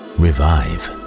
revive